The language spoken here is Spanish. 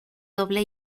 doble